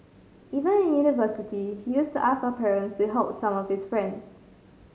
even in university he used to ask our parents to help some of his friends